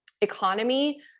economy